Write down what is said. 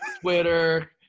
twitter